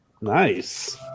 nice